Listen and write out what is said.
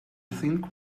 think